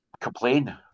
complain